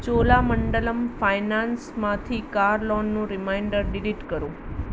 ચોલામંડલમ ફાયનાન્સમાંથી કાર લોનનું reminder delete કરો